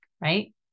right